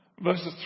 Verses